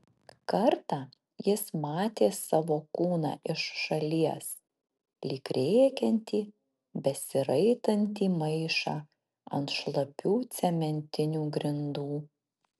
kartą jis matė savo kūną iš šalies lyg rėkiantį besiraitantį maišą ant šlapių cementinių grindų